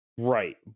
Right